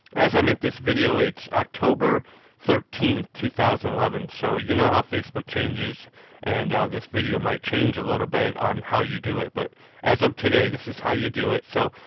as i make this video, it's october thirteen, two thousand and eleven so, you know how facebook changes and this video might change a little bit on how you do it. but as of today, this is how you do it. so,